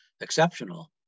exceptional